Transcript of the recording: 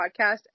podcast